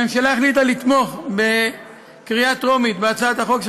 הממשלה החליטה לתמוך בקריאה טרומית בהצעת החוק של